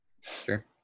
Sure